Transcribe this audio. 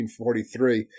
1943